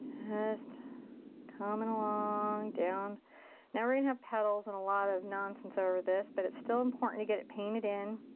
just coming along down now, we're gonna have petals and a lot of non-sense over this but it's still important to get it painted in.